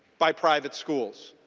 by private schools.